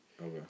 Okay